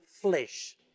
flesh